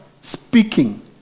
Speaking